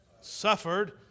Suffered